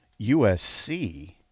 USC